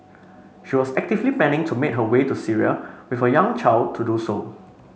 she was actively planning to make her way to Syria with her young child to do so